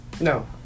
No